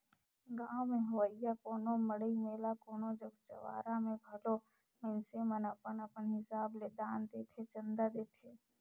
गाँव में होवइया कोनो मड़ई मेला कोनो जग जंवारा में घलो मइनसे मन अपन अपन हिसाब ले दान देथे, चंदा देथे